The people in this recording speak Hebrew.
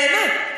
באמת.